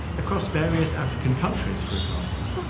across various african countries, for example,